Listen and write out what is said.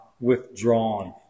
withdrawn